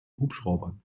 hubschraubern